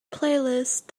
playlist